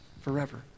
forever